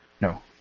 No